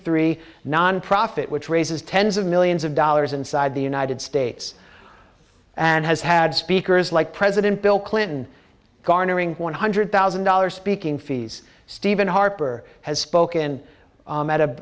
three nonprofit which raises tens of millions of dollars inside the united states and has had speakers like president bill clinton garnering one hundred thousand dollars speaking fees stephen harper has spoken